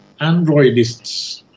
Androidists